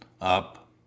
up